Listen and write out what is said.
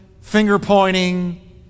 finger-pointing